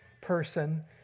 person